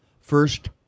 first